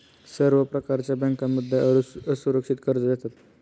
सर्व प्रकारच्या बँकांमध्ये असुरक्षित कर्ज देतात